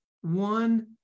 one